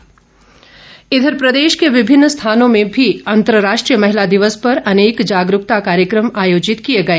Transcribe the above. महिला दिवस इधर प्रदेश के विभिन्न स्थानों में भी अंतर्राष्ट्रीय महिला दिवस पर अनेक जागरूकता कार्यक्रम आयोजित किए गए